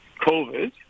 COVID